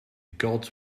gods